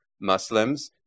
Muslims